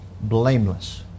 blameless